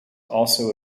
also